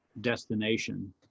destination